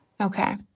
Okay